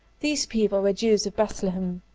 these people were jews of bethlehem,